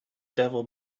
devil